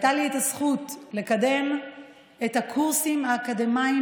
הייתה לי הזכות לקדם את הקורסים האקדמיים